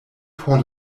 por